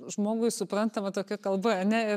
žmogui suprantama tokia kalba ane